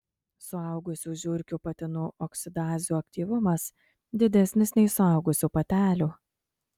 suaugusių žiurkių patinų oksidazių aktyvumas didesnis nei suaugusių patelių